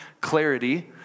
clarity